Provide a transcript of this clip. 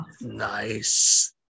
Nice